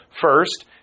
first